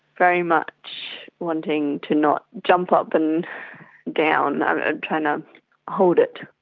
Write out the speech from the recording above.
very much wanting to not jump up and down, i'm trying to hold it.